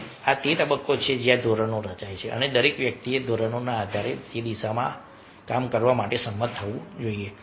તેથી આ તે તબક્કો છે જ્યાં ધોરણો રચાય છે અને દરેક વ્યક્તિએ ધોરણોના આધારે આ દિશામાં કામ કરવા માટે સંમત થવું જોઈએ